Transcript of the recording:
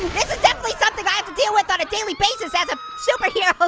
definitely something i have to deal with on a daily basis as a superhero.